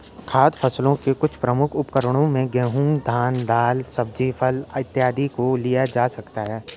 खाद्य फसलों के कुछ प्रमुख उदाहरणों में गेहूं, धान, दाल, सब्जी, फल इत्यादि को लिया जा सकता है